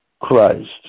Christ